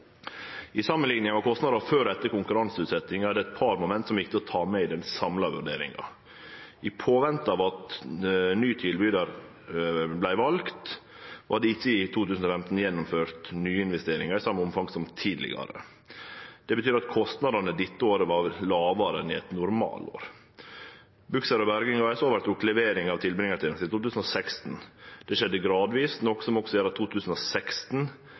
I samanlikninga av kostnader før og etter konkurranseutsetjinga er det eit par moment som er viktige å ta med i den samla vurderinga. I påvente av at ny tilbydar vart vald, vart det ikkje i 2015 gjennomført nye investeringar i same omfang som tidlegare. Det betyr at kostnadene dette året var lågare enn i eit normalår. Buksér og Berging AS overtok leveringa av tilbringartenesta i 2016. Det skjedde gradvis, noko som også gjer